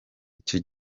icyo